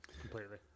Completely